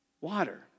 water